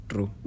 True